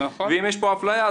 ואם יש פה אפליה,